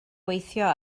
gweithio